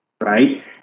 right